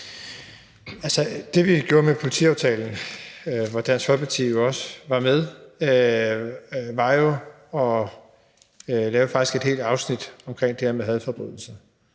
(S): Det, vi gjorde med politiaftalen, hvor Dansk Folkeparti også var med, var faktisk at lave et helt afsnit omkring det her med hadforbrydelser.